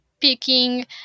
picking